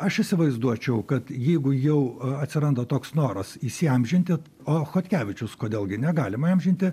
aš įsivaizduočiau kad jeigu jau atsiranda toks noras įsiamžinti o chodkevičius kodėl gi negalima įamžinti